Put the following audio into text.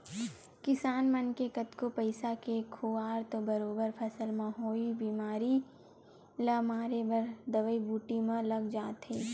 किसान मन के कतको पइसा के खुवार तो बरोबर फसल म होवई बेमारी ल मारे बर दवई बूटी म लग जाथे